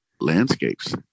landscapes